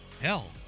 hell